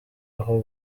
aho